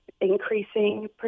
increasing